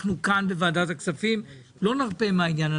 אנחנו כאן בוועדת הכספים לא נרפה מהעניין.